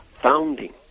founding